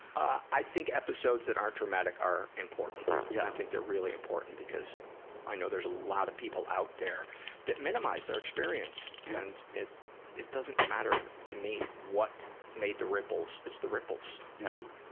i think episodes that aren't dramatic are important. yeah. i think they're really important because i know there's a lot of people out there that minimize their experience, and it it doesn't matter to me what made the ripples. it's the ripples. yeah.